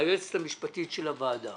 מהיועצת המשפטית של הוועדה